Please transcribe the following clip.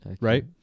right